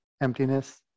emptiness